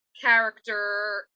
character